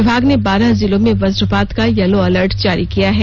विभाग ने बारह जिलों में वज्रवात का येलो अलर्ट जारी किया है